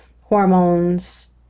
hormones